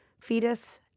fetus